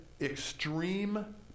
extreme